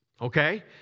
Okay